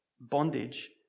bondage